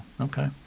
Okay